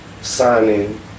signing